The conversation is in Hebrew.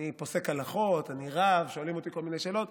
פוסק הלכות, אני רב, ושואלים אותי כל מיני שאלות,